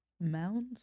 Mounds